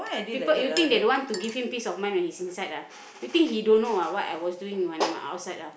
people you think they don't want to give him peace of mind when he's inside ah you think he don't know ah what I was doing when I'm outside